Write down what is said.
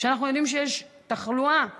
כשאנחנו יודעים שיש תחלואה